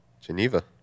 geneva